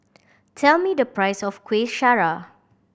tell me the price of Kueh Syara